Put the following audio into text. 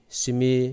simi